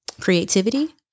creativity